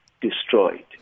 destroyed